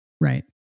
Right